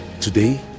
today